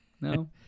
No